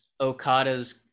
Okada's